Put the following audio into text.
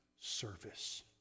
service